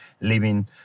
living